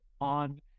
on